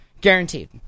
Guaranteed